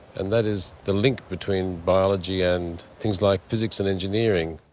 and that is the link between biology and things like physics and engineering.